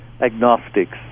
agnostics